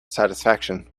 satisfaction